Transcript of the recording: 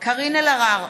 קארין אלהרר,